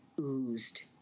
oozed